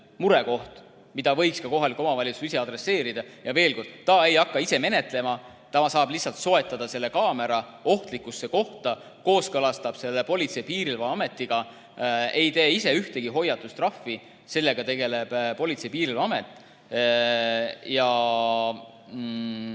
murekoht, mida võiks ka kohalik omavalitsus ise adresseerida. Veel kord: ta ei hakka ise menetlema, ta saab lihtsalt soetada selle kaamera ohtlikkusse kohta, kooskõlastab selle Politsei- ja Piirivalveametiga ega tee ise ühtegi hoiatustrahvi. Sellega tegeleb Politsei- ja Piirivalveamet.